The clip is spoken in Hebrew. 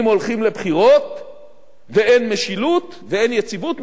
אם הולכים לבחירות ואין משילות ואין יציבות,